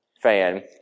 fan